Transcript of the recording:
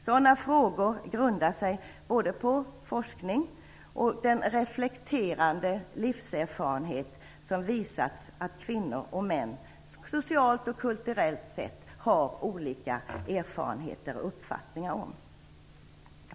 Sådana frågor grundar sig både på forskning och på den reflekterande livserfarenhet om vilken det har visats att kvinnor och män, socialt och kulturellt sett, har olika uppfattningar.